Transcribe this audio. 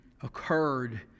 occurred